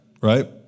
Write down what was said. Right